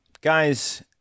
Guys